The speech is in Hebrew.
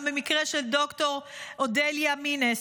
גם במקרה של ד"ר אודליה מינס.